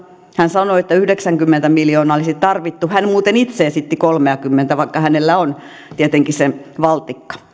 hän sanoi että yhdeksänkymmentä miljoonaa olisi tarvittu hän muuten itse esitti kolmeakymmentä vaikka hänellä on tietenkin se valtikka